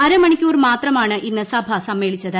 അരമണിക്കൂർ മാത്രമാണ് ഇന്ന് സഭ സമ്മേളിച്ചത്